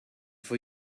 for